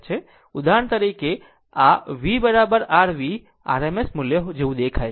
ઉદાહરણ તરીકે જો આ v r V rms મૂલ્ય જેવું દેખાય છે